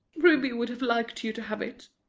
ruby would have liked you to have it.